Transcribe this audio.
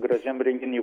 gražiam renginy